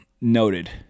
Noted